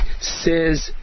says